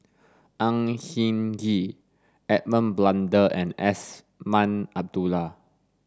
Ang Hin Kee Edmund Blundell and Azman Abdullah